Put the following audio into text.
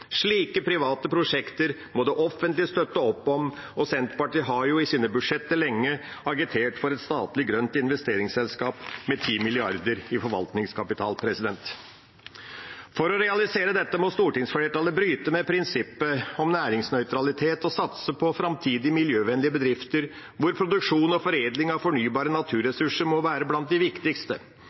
Slike private prosjekter må det offentlige støtte opp om, og Senterpartiet har i sine budsjetter lenge agitert for et statlig grønt investeringsselskap med 10 mrd. kr i forvaltningskapital. For å realisere dette må stortingsflertallet bryte med prinsippet om næringsnøytralitet og satse på framtidig miljøvennlige bedrifter hvor produksjon og foredling av fornybare naturressurser må være blant de viktigste.